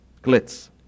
Glitz